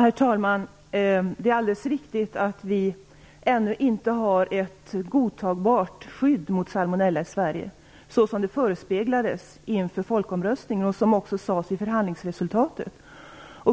Herr talman! Det är alldeles riktigt att vi ännu inte har ett godtagbart skydd mot salmonella i Sverige, såsom förespeglades inför folkomröstningen och som även sades i förhandlingsresultatet.